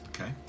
Okay